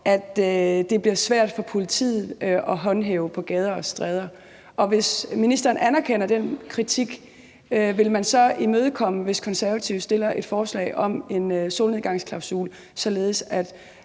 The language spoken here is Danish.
at det bliver svært for politiet at håndhæve på gader og stræder. Hvis ministeren anerkender den kritik, vil man så imødekomme det, hvis Konservative stiller et ændringsforslag om en solnedgangsklausul, således at